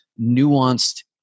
nuanced